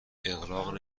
اغراق